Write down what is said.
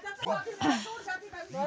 প্রতিদিনের বাজার টমেটোর দাম জানা সম্ভব?